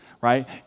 right